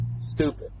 Stupid